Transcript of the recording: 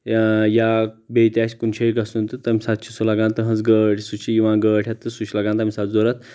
یا بییٚہِ تہِ آسہِ کُنہِ جایہِ گژھُن تہٕ تمہِ ساتہٕ چھُ سُہ لگان تہنٛز گٲڑۍ سُہ چھُ یِوان گٲڑۍ ہٮ۪تھ تہٕ سُہ چھُ لگان تمہِ ساتہٕ ضروٗرت